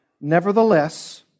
Nevertheless